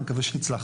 אני מקווה שהצלחנו.